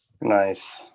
Nice